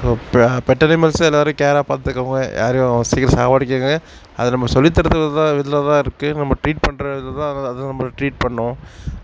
so பெ pet animals எல்லாேரும் கேராக பார்த்துக்கோங்க யாரையும் சீக்கிரம் சாகடிக்குங்க அது நம்ம சொல்லி தரதில்தான் இதில்தான் இருக்குது நம்ம ட்ரீட் பண்ணுற இதில்தான் அது நம்மளை ட்ரீட் பண்ணணும்